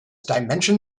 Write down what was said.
dimension